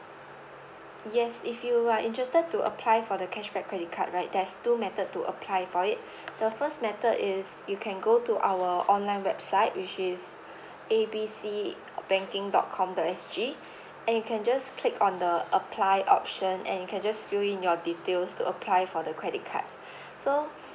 yes if you are interested to apply for the cashback credit card right there's two method to apply for it the first method is you can go to our online website which is A B C banking dot com dot S G and you can just click on the apply option and you can just fill in your details to apply for the credit card so